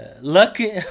lucky